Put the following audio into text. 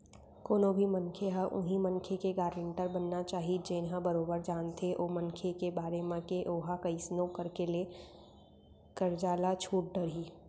कोनो भी मनखे ह उहीं मनखे के गारेंटर बनना चाही जेन ह बरोबर जानथे ओ मनखे के बारे म के ओहा कइसनो करके ले करजा ल छूट डरही